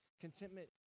Contentment